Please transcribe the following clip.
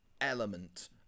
element